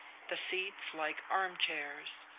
the seats like armchairs,